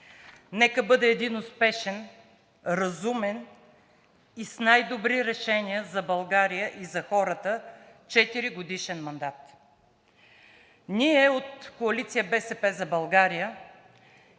Нека бъде един успешен, разумен и с най-добри решения за България и за хората четиригодишен мандат! Ние от Коалиция „БСП за България“